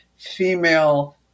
female